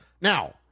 now